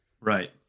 Right